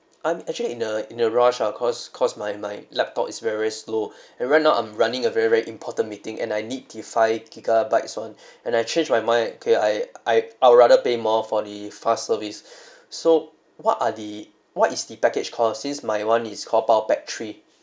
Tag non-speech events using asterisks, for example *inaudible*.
I'm actually in a in a rush ah cause cause my my laptop is very slow *breath* and right now I'm running a very very important meeting and I need the five gigabytes on *breath* and I change my mind okay I I I would rather pay more for the fast service *breath* so what are the what is the package call since my one is called power pack three